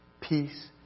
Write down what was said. Peace